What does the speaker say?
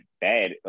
bad